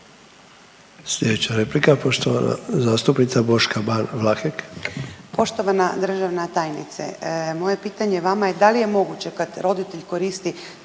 Slijedeća replika poštovana zastupnica Boška Ban Vlahek. **Ban, Boška (SDP)** Poštovana državna tajnice, moje pitanje vama je da li je moguće kad roditelj koristi